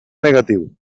negatiu